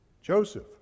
Joseph